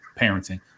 Parenting